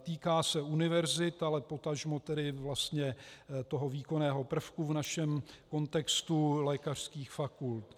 Týká se univerzit, ale potažmo tedy vlastně výkonného prvku v našem kontextu lékařských fakult.